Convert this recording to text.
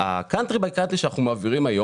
ה-country by country שאנחנו מעבירים היום